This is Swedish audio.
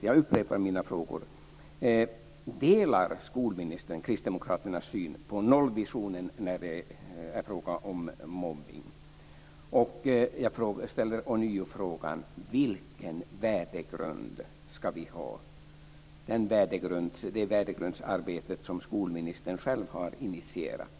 Jag upprepar mina frågor: Delar skolministern kristdemokraternas syn på nollvisionen i fråga om mobbning? Och vilken värdegrund ska vi ha? Skolministern har ju själv initierat värdegrundsarbetet.